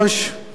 כבוד השר,